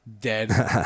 Dead